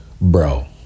bro